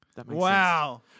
Wow